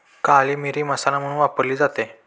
काळी मिरी मसाला म्हणून वापरली जाते